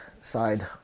side